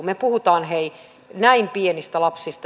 me puhumme hei näin pienistä lapsista